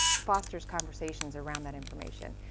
fosters conversations around that information.